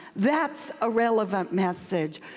that's a relevant message.